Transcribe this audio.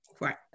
right